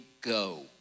go